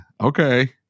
okay